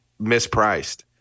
mispriced